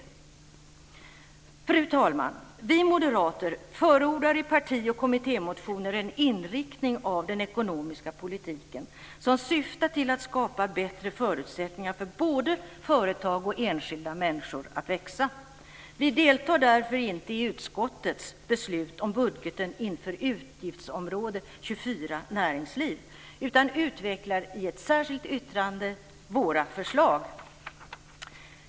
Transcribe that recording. Fru talman! Vi moderater förordar i parti och kommittémotioner en inriktning av den ekonomiska politiken som syftar till att skapa bättre förutsättningar för både företag och enskilda människor att växa. Vi deltar därför inte i utskottets beslut om budgeten inom utgiftsområde 24 Näringsliv, utan utvecklar i ett särskilt yttrande våra förslag.